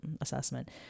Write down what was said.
assessment